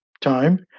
time